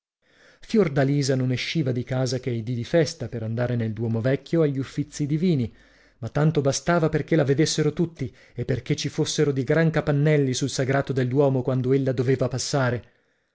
fiordalisa non esciva di casa che i dì di festa per andare nel duomo vecchio agli uffizi divini ma tanto bastava perchè la vedessero tutti e perchè ci fossero di gran capannelli sul sagrato del duomo quando ella doveva passare